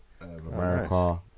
America